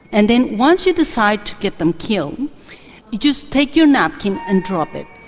and then once you decide to get them killed, you just take your napkin and drop it.